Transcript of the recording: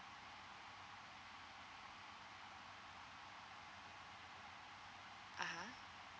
(uh huh)